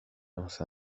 lance